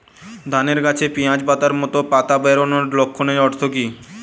ধানের গাছে পিয়াজ পাতার মতো পাতা বেরোনোর লক্ষণের অর্থ কী?